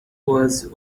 was